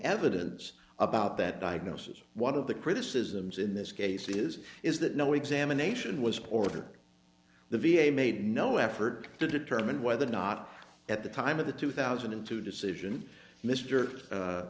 evidence about that diagnosis one of the criticisms in this case is is that no examination was ordered the v a made no effort to determine whether or not at the time of the two thousand and two decision mister